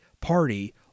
party